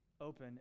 Open